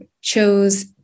chose